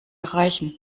erreichen